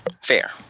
fair